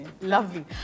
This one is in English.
Lovely